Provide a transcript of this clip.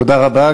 תודה רבה.